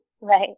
right